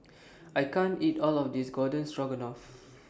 I can't eat All of This Garden Stroganoff